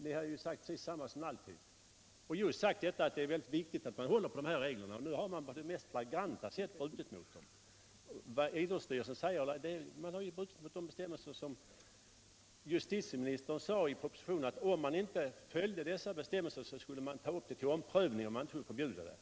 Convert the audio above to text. Ni kunde ha sagt precis detsamma som alltid och just framhållit att det är väldigt viktigt att man håller på reglerna. Men = Nr 133 nu har man på det mest flagranta sätt brutit mot dem. Man har ju brutit Torsdagen den mot de bestämmelser som justitieministern talade om i propositionen 20 maj 1976 när han sade att om inte dessa bestämmelser följdes, skulle man ta upp frågan till omprövning om man inte kunde lagstifta om ett förbud.